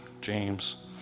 James